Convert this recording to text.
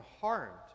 harmed